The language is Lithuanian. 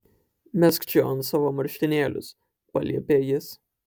mesk čion savo marškinėlius paliepė jis